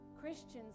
Christians